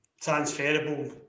transferable